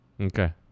okay